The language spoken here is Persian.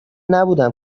نبودم